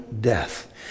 death